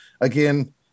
again